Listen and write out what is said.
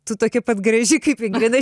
tu tokia pat graži kaip ingrida